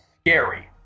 scary